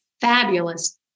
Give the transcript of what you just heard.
fabulous